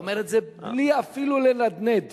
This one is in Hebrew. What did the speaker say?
אומר את זה אפילו בלי להניד עפעף.